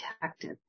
detective